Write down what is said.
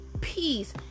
peace